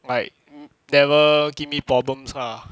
like never give me problems ah